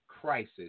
crisis